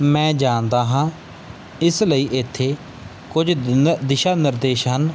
ਮੈਂ ਜਾਣਦਾ ਹਾਂ ਇਸ ਲਈ ਇੱਥੇ ਕੁਝ ਲ ਦਿਸ਼ਾ ਨਰਦੇਸ਼ ਹਨ